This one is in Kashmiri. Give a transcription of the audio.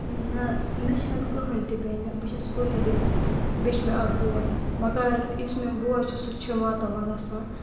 نہَ مےٚ چھَنہٕ کٕہیٖنٛۍ تہٕ بیٚنہِ بہٕ چھَس کُنی بیٚنہِ بیٚیہٕ چھُ مےٚ اَکھ بوے مگر یُس میٛون بوے چھُ سو تہِ چھُ ماتامال آسان